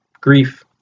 Grief